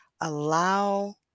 Allow